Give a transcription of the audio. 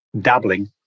dabbling